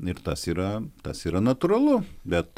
ir tas yra tas yra natūralu bet